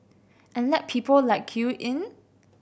and let people like you in